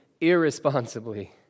irresponsibly